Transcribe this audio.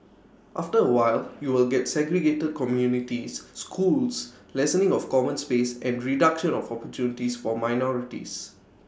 after A while you will get segregated communities schools lessening of common space and reduction of opportunities for minorities